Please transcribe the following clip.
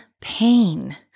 pain